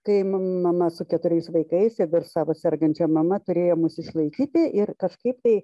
kai mam mama su keturiais vaikais ir dar savo sergančia mama turėjo mus išlaikyti ir kažkaip tai